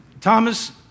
Thomas